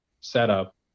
setup